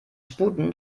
sputen